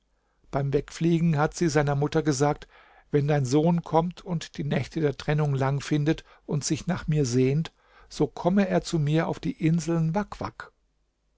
beim wegfliegen hat sie seiner mutter gesagt wenn dein sohn kommt und die nächte der trennung lang findet und sich nach mir sehnt so komme er zu mir auf die inseln